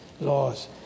laws